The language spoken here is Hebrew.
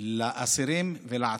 לאסירים ולעצורים.